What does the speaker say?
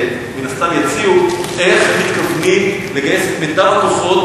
ומן הסתם יציגו איך מתכוונים לגייס את מיטב הכוחות